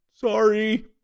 sorry